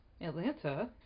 Atlanta